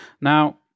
Now